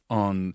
on